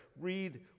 read